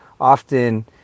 often